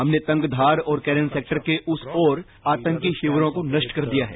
हमने तंगधार और कैरन सेक्टर के उस ओर आतंकी शिविरों को नष्ट कर दिया है